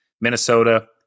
Minnesota